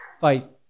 fight